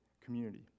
community